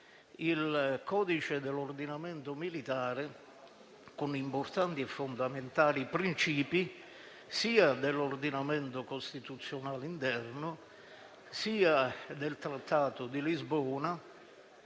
il codice dell'ordinamento militare con importanti e fondamentali principi, sia dell'ordinamento costituzionale interno, sia del Trattato di Lisbona